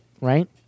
right